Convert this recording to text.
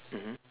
mmhmm